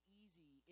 easy